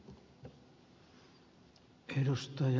arvoisa puhemies